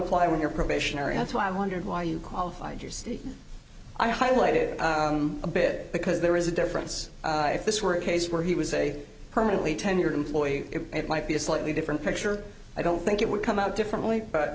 apply when you're probationary hence why i wondered why you qualified your state i highlighted a bit because there is a difference if this were a case where he was a permanently tenured employee it might be a slightly different picture i don't think it would come out differently